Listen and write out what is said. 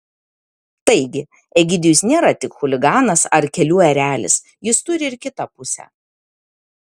taigi egidijus nėra tik chuliganas ar kelių erelis jis turi ir kitą pusę